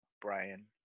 Brian